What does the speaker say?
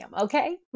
okay